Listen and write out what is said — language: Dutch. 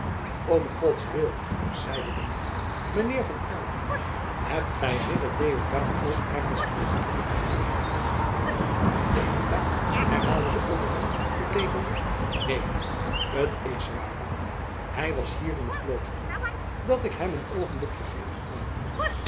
om gods wil zeide de monnik mijn heer van aylva hebt gij ridder deodaat ook ergens in t gedrang opgemerkt deodaat herhaalde de olderman verbleekende neen t is waar ook hij was hier in t klooster dat ik hem een oogenblik vergeten kon